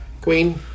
Queen